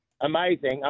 amazing